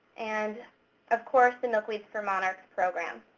and of course, the milkweeds for monarchs program.